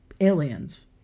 aliens